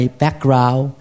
background